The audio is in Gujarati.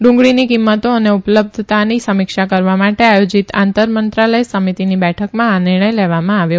ડુંગળીની કિંમતો અને ઉપલબ્ધતાની સમીક્ષા કરવા માટે આયોજીત આંતર મંત્રાલય સમિતિની બેઠકમાં આ નિર્ણય લેવમાં આવ્યો